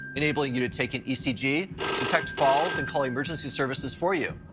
enabling you to take an ecg, detect falls and call emergency services for you.